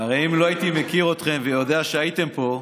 הרי אם לא הייתי מכיר אתכם ויודע שהייתם פה,